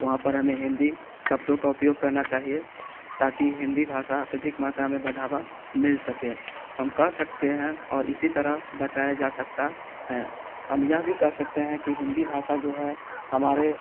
वहाँ पर हमें हिंदी शब्दों का उपयोग करना चाहिए ताकि हिंदी भाषा अत्यधिक मात्रा में बढ़ावा मिल सके हम कह सकते हैं और इसी तरह बचाया जा सकता है हम यह भी कर सकते हैं कि हिंदी भाषा जो है हमारे